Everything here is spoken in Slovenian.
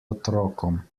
otrokom